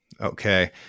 Okay